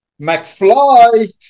McFly